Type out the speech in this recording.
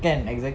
kan exactly